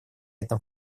этом